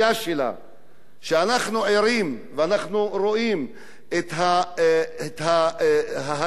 אנחנו ערים ואנחנו רואים את ההקצנה הימנית